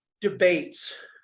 debates